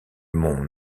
mont